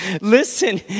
Listen